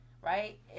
right